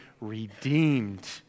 redeemed